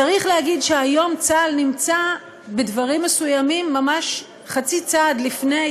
צריך להגיד שהיום צה"ל נמצא בדברים מסוימים ממש חצי צעד לפני